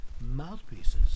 mouthpieces